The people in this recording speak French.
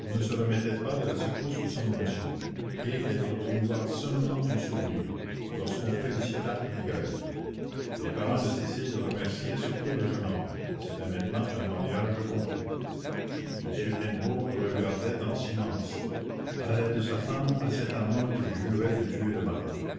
se remettait pas de la secousse de son émotion et elle retrouva seulement un sourire lorsqu'on félicita négrel les parents de cécile remerciaient surtout le jeune homme c'était maintenant un mariage conclu m hennebeau regardait en silence allait de sa femme à cet amant qu'il jurait de tuer le matin